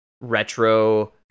retro